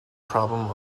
problem